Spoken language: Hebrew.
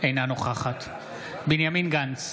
אינה נוכחת בנימין גנץ,